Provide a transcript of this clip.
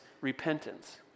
repentance